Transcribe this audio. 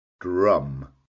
drum